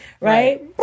Right